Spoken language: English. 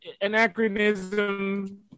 anachronism